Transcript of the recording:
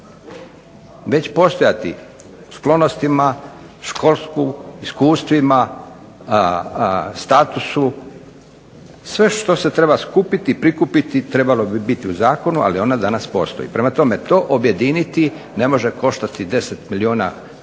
već postojati, sklonostima, školstvu, iskustvima, statusu. Sve što se treba skupiti i prikupiti trebalo bi biti u zakonu, ali ona danas postoji. Prema tome, to objediniti ne može koštati 10 milijuna, prema